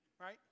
right